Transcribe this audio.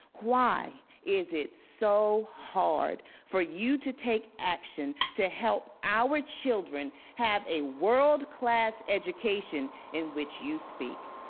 why is it so hard for you to take action to help our children have a world class education in which you speak?